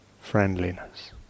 friendliness